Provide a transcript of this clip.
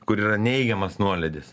kur yra neigiamas nuolydis